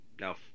no